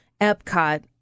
Epcot